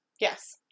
Yes